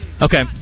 Okay